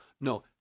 No